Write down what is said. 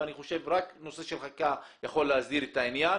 אני חושב שרק נושא של חקיקה יכול להסדיר את העניין,